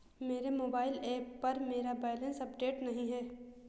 मेरे mobile app पर मेरा बैलेंस अपडेट नहीं है